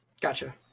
Gotcha